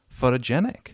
photogenic